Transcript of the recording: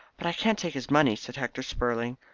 but i can't take his money, said hector spurling,